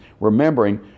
remembering